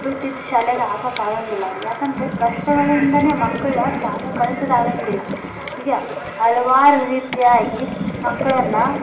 ದುಡ್ಡಿದ್ದ ಶಾಲೆಗೆ ಹಾಕಕ್ ಆಗಂಗಿಲ್ಲ ಅವ್ರು ಯಾಕಂದರೆ ಕಷ್ಟಗಳಿಂದನೇ ಮಕ್ಕಳ ಶಾಲೆ ಕಳ್ಸುದು ಆಗಂಗಿಲ್ಲ ಈಗ ಹಲವಾರು ರೀತಿಯಾಗಿ ಮಕ್ಕಳನ್ನ